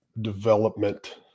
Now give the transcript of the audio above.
development